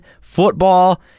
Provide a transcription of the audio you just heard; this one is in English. football